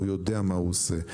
הוא יודע מה הוא עושה.